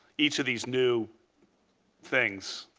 each of these, new things.